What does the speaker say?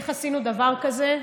איך עשינו דבר כזה,